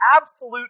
absolute